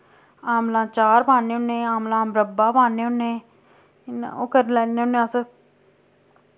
अमलां चार पाने होने अमलां मरब्बा पाने होने इय्यां ओह् करी लैन्ने होन्ने अस